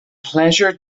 pléisiúr